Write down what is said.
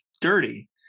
dirty